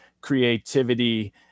creativity